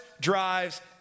drives